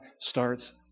starts